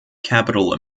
capital